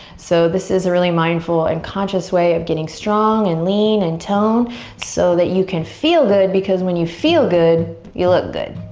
so this is a really mindful and conscious way of getting strong and lean and tone so that you can feel good because when you feel good, you look good.